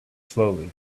slowly